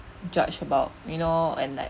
judge about you know and like